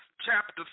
chapter